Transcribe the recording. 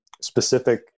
specific